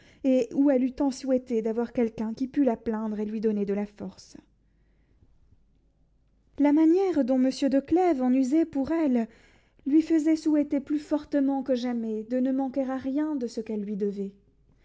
et où elle eût tant souhaité d'avoir quelqu'un qui pût la plaindre et lui donner de la force la manière dont monsieur de clèves en usait pour elle lui faisait souhaiter plus fortement que jamais de ne manquer à rien de ce qu'elle lui devait